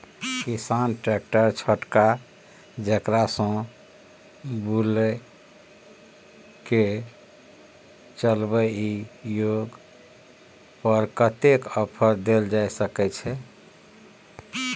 किसान ट्रैक्टर छोटका जेकरा सौ बुईल के चलबे इ ओय पर कतेक ऑफर दैल जा सकेत छै?